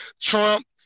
trump